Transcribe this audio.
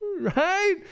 Right